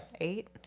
Eight